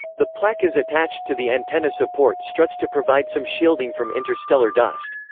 the plaque is attached to the antenna support struts to provide some shielding from interstellar dust.